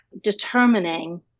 determining